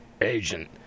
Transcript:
agent